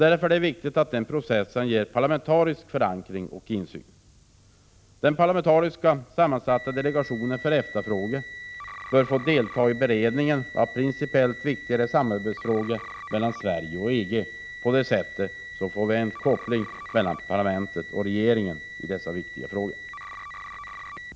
Därför är det viktigt att den processen ges parlamentarisk förankring och insyn. Den parlamentariskt sammansatta delegationen för EFTA-frågor bör få delta i beredningen av principiellt viktiga frågor rörande samarbetet mellan Sverige och EG. På det sättet får vi en koppling mellan parlamentet och regeringen i dessa viktiga frågor.